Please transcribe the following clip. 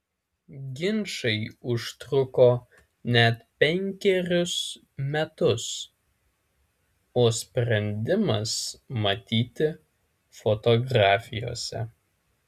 ginčai užtruko net penkerius metus o sprendimas matyti fotografijose